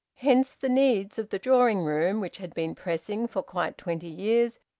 hence the needs of the drawing-room, which had been pressing for quite twenty years,